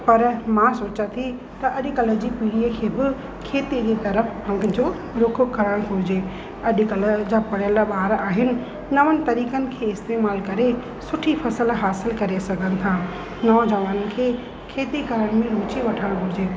पर मां सोचियां थी त अॼु कल्ह जी पीढ़ीअ खे बि खेतीअ जे तरफ़ु हंग जो रुख़ु करणु घुरिजे अॼु कल्ह जा पढ़ियल ॿार आहिनि नवनि तरीक़नि खे इस्तेमालु करे सुठी फ़सुल हासिलु करे सघनि था नौजवान खे खेती करण में रुची वठणि घुरिजे